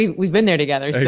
and we've been there together